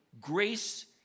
grace